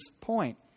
point